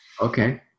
Okay